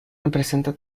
presenta